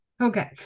Okay